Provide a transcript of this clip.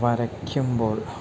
വരയ്ക്കുമ്പോൾ